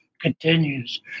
continues